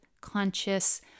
conscious